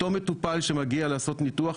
אותו מטופל שמגיע לעשות ניתוח,